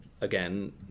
again